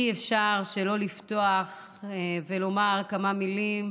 אי-אפשר שלא לפתוח ולומר כמה מילים